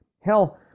Hell